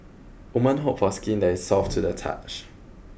women hope for skin that is soft to the touch